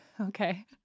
Okay